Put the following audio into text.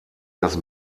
dass